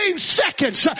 Seconds